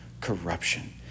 corruption